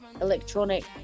electronic